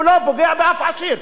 הוא לא פוגע בשום עשיר.